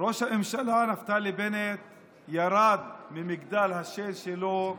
ראש הממשלה נפתלי בנט ירד ממגדל השן שלו לנגב.